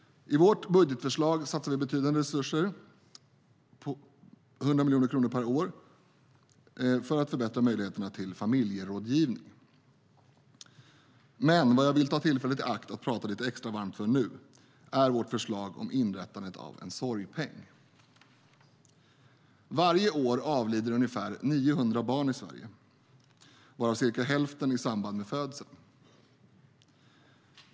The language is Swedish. I vårt budgetförslag satsar vi betydande resurser, 100 miljoner kronor per år, för att förbättra möjligheterna till familjerådgivning. Men vad jag vill ta tillfället i akt att tala lite extra varmt för nu är vårt förslag om inrättandet av en sorgpeng. Varje år avlider ungefär 900 barn i Sverige, varav cirka hälften i samband med födseln.